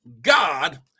god